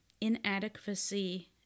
inadequacy